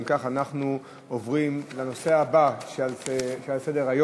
אם כך, אנחנו עוברים לנושא הבא שעל סדר-היום: